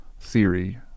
theory